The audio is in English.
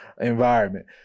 environment